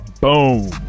Boom